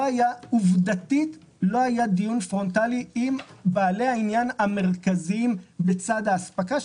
לא היה דיון פרונטאלי עם בעלי העניין המרכזיים בצד האספקה,